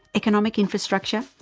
economic infrastructure,